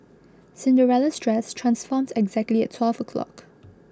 Cinderella's dress transformed exactly at twelve o' clock